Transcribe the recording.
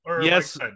yes